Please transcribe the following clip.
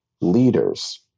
leaders